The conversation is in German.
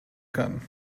kann